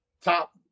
top